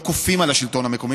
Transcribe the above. לא כופים על השלטון המקומי,